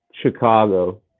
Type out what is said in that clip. Chicago